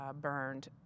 burned